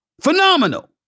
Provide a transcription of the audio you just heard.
Phenomenal